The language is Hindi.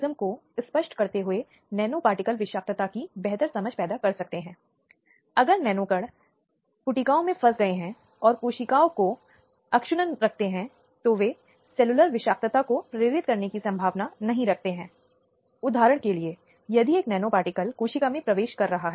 अब जबकि लड़के या छोटे पुरुष बच्चे भी इस तरह के दुर्व्यवहार के शिकार होते हैं ज्यादातर बार यह परिवार में लड़कियों और छोटे बच्चों का होता है जो अनजाने में और बेगुनाह ऐसी हिंसा का शिकार हो जाते हैं